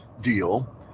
deal